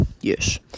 Yes